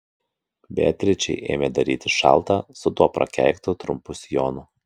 beatričei ėmė darytis šalta su tuo prakeiktu trumpu sijonu